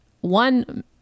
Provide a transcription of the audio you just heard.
one